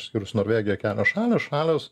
išskyrus norvegiją kelios šalys šalys